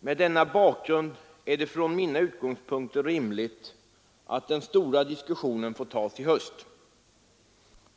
Mot denna bakgrund är det från mina utgångspunkter rimligt att den stora diskussionen får tas i höst.